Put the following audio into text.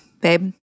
babe